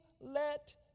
let